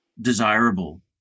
desirable